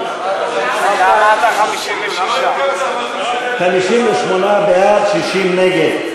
אתה אמרת 56. 58 בעד, 60 נגד.